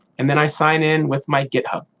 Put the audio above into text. and then i sign in with my github.